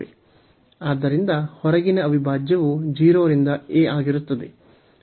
ಆದ್ದರಿಂದ ಹೊರಗಿನ ಅವಿಭಾಜ್ಯವು 0 ರಿಂದ a ಆಗಿರುತ್ತದೆ